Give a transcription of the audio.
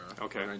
Okay